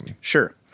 Sure